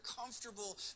comfortable